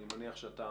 אני מניח שאתה